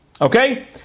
Okay